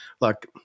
Look